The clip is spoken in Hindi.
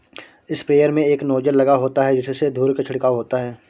स्प्रेयर में एक नोजल लगा होता है जिससे धूल का छिड़काव होता है